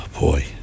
Boy